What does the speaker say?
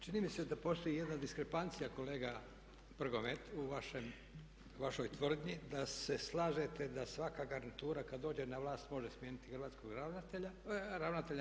Čini mi se da postoji jedna diskrepancija kolega Prgomet u vašoj tvrdnji da se slažete da svaka garnitura kad dođe na vlast može smijeniti hrvatskog ravnatelja, ravnatelja